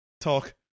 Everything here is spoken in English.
talk